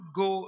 go